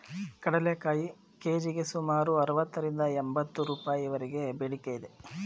ಕಡಲೆಕಾಯಿ ಕೆ.ಜಿಗೆ ಸುಮಾರು ಅರವತ್ತರಿಂದ ಎಂಬತ್ತು ರೂಪಾಯಿವರೆಗೆ ಬೇಡಿಕೆ ಇದೆ